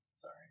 Sorry